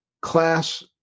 class